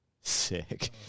Sick